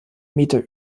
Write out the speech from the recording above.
meter